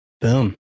Boom